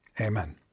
Amen